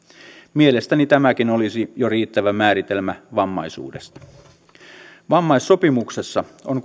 mielestäni tämäkin olisi jo riittävä määritelmä vammaisuudesta kuitenkin myös vammaissopimuksessa on